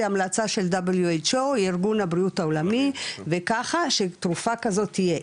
זה המלצה של WHO ארגון הבריאות העולמי וככה שתרופה כזאת תהיה,